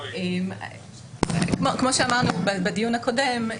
כמו שאמרנו בדיון הקודם,